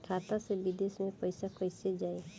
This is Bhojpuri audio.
खाता से विदेश मे पैसा कईसे जाई?